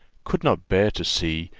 could not bear to see,